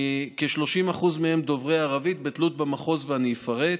כ-30% מהם דוברי ערבית, בתלות במחוז, ואני אפרט.